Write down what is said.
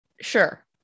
Sure